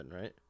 right